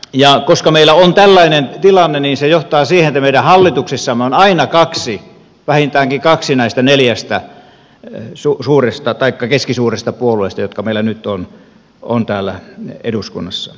ja koska meillä on tällainen tilanne se johtaa siihen että meidän hallituksessamme on aina kaksi vähintäänkin kaksi näistä neljästä keskisuuresta puolueesta jotka meillä nyt ovat täällä eduskunnassa